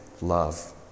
love